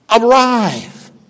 Arrive